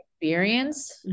experience